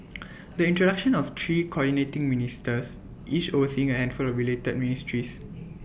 the introduction of three Coordinating Ministers each overseeing A handful of related ministries